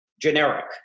generic